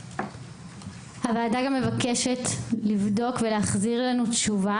הוועדה גם מבקשת לבדוק ולהחזיר לנו תשובה